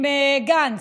עם גנץ.